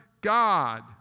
God